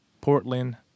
Portland